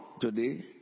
today